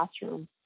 classroom